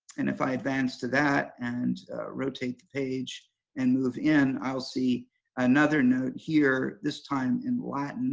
and if i advanced to that and rotate the page and move in, i'll see another note here this time in latin